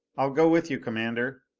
i'll go with you, commander.